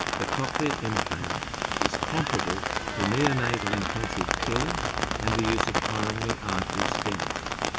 the cochlear implant is comparable to neonatal intensive care and the use of coronary artery stents.